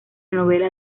novela